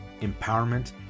empowerment